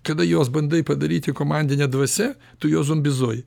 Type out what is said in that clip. kada juos bandai padaryti komandine dvasia tu juos zombizuoji